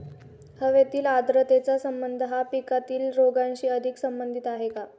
हवेतील आर्द्रतेचा संबंध हा पिकातील रोगांशी अधिक संबंधित आहे का?